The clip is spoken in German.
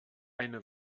eine